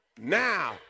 now